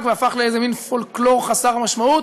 והפך לאיזה מין פולקלור חסר משמעות,